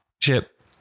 Chip